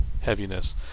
Heaviness